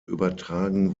übertragen